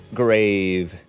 grave